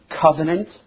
covenant